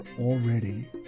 already